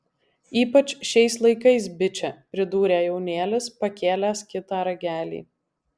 ypač šiais laikais biče pridūrė jaunėlis pakėlęs kitą ragelį